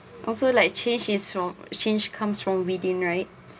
also like change is from change comes from reading right